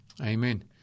Amen